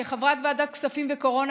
כחברת ועדת כספים וקורונה,